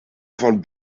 von